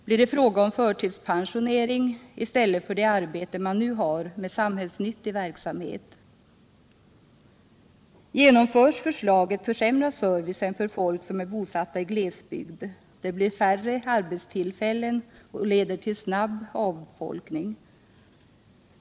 Blir det fråga om förtidspensionering i stället för det samhällsnyttiga arbete man nu har? Genomförs förslaget försämras servicen för folk som är bosatta i glesbygd. Det blir färre arbetstillfällen, och det leder till snabb avfolkning.